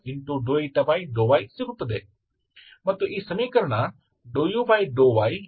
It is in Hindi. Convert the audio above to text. और क्या होता है ∂u∂y x को y से बदल देता है इसलिए आपके पास ∂u∂y∂u∂y∂u∂y है तो यह ∂u∂yu4∂uहो जाता है